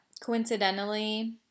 coincidentally